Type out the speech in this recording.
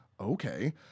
okay